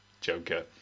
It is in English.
Joker